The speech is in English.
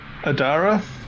Adara